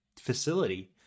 facility